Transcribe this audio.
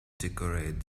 decorate